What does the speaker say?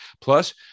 Plus